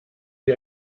sie